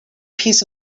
piece